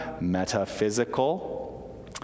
metaphysical